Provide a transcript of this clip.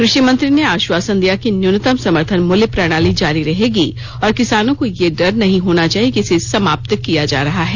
कृषि मंत्री ने आश्वासन दिया कि न्यूनतम समर्थन मूल्य प्रणाली जारी रहेगी और किसानों को यह डर नहीं होना चाहिए कि इसे समाप्त किया जा रहा है